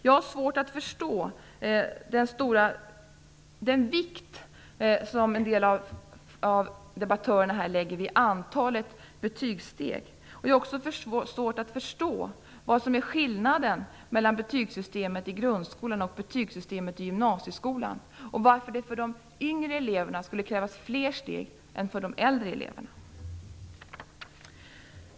Jag har svårt att förstå den vikt som en del av debattörerna här lägger vid antalet betygssteg. Jag har också svårt att förstå vad som är skillnaden mellan betygssystemet i grundskolan och betygssystemet i gymnasieskolan och varför det för de yngre eleverna skulle krävas fler steg än för de äldre eleverna.